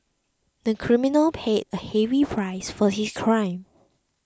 the criminal paid a heavy price for his crime